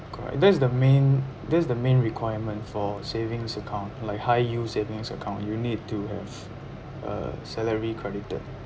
correct that's the main that's the main requirement for savings account like high yield savings account you need to have uh salary credited